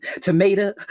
Tomato